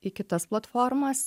į kitas platformas